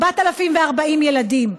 4,040 ילדים.